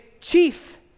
chief